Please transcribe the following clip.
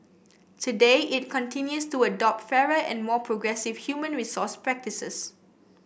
today it continues to adopt fairer and more progressive human resource practices